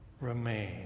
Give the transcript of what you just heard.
remain